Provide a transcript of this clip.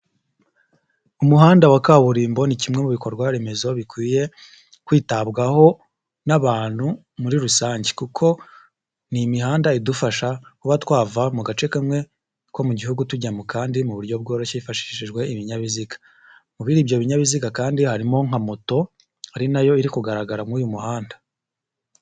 Umuhanda wa kaburimbo ni kimwe mu bikorwa remezo bikwiye kwitabwaho n'abantu muri rusange kuko n'imihanda idufasha kuba twava mu gace kamwe ko mu gihugu tujya mu kandi mu buryo bworoshye hifashishijwe ibinyabiziga, muri ibyo binyabiziga kandi harimo nka moto ari nayo iri kugaragara muri uyu muhanda.